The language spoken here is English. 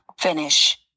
Finish